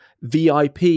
VIP